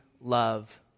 love